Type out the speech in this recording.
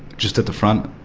just at the front,